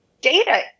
Data